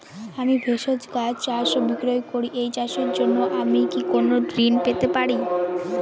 আমি ভেষজ গাছ চাষ ও বিক্রয় করি এই চাষের জন্য আমি কি কোন ঋণ পেতে পারি?